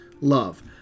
love